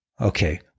Okay